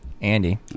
Andy